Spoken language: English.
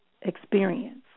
experience